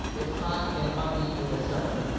it's hot and muggy in the summer,